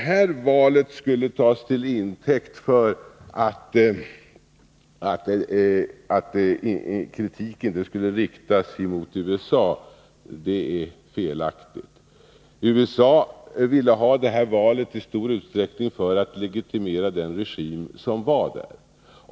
Att valet skulle tas till intäkt för att kritik inte skulle riktas emot USA är felaktigt. USA ville ha det här valet i stor utsträckning för att legitimera den regim som fanns tidigare.